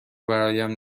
برایم